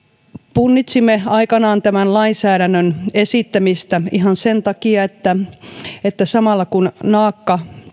punnitsimme aikanaan tämän lainsäädännön esittämistä ihan sen takia että että samalla kun naakka